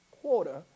quarter